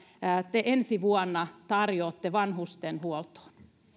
te ensi vuonna tarjoatte vanhustenhuoltoon